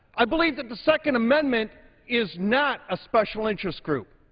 i believe that the second amendment is not a special interest group.